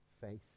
faith